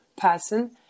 person